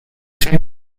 zehn